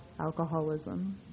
alcoholism